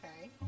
Okay